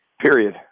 period